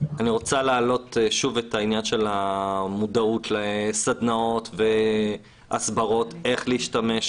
אני רוצה להעלות שוב את העניין של המודעות לסדנאות והסברות איך להשתמש